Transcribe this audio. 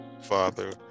Father